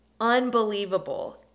unbelievable